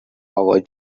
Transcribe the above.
our